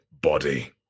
body